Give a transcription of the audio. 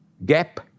gap